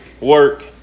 work